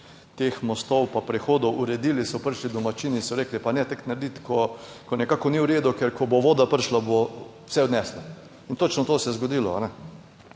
teh mostov pa prehodov uredili, so prišli domačini, so rekli, pa ne tako narediti, ko nekako ni v redu, ker ko bo voda prišla, bo vse odnesla in točno to se je zgodilo.